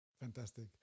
Fantastic